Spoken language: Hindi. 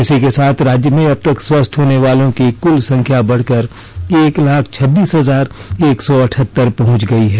इसी के साथ राज्य में अब तक स्वस्थ होने वालों की कुल संख्या बढ़कर एक लाख छब्बीस हजार एक सौ अठहत्तर पहुंच गई है